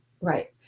Right